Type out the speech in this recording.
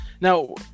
Now